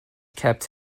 kept